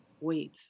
wait